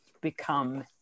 become